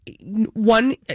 one